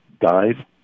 died